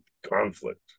conflict